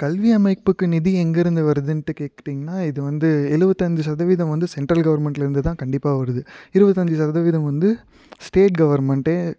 கல்வி அமைப்புக்கு நிதி எங்கே இருந்து வருதுன்ட்டு கேட்டீங்கன்னா இது வந்து எழுபத்தஞ்சி சதவீதம் வந்து சென்ட்ரல் கவர்மெண்ட்லேருந்து தான் கண்டிப்பாக வருது இருபத்தஞ்சி சதவீதம் வந்து ஸ்டேட் கவர்மெண்ட்டே